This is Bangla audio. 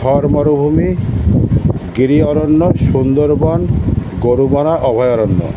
থর মরুভূমি গিরি অরণ্য সুন্দরবন গরুমারা অভয়ারণ্য